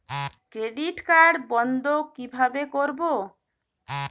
Credit card বন্ধ কিভাবে করবো?